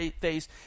face